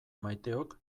maiteok